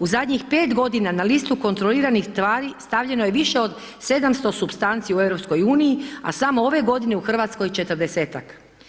U zadnjih 5 g. na listu kontroliranih tvari, stavljeno je više od 700 supstanci u EU-u a samo ove godine u Hrvatskoj 40-ak.